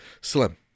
Slim